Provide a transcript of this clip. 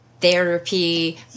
therapy